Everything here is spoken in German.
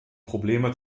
probleme